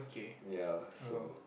ya so